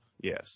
yes